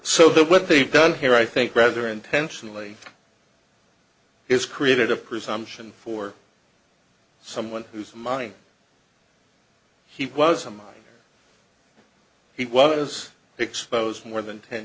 that what they've done here i think rather intentionally has created a presumption for someone who's money he was a minor he was exposed to more than ten